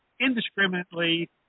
indiscriminately